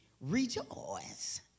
rejoice